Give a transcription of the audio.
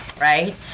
right